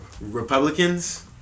Republicans